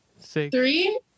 Three